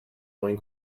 mwyn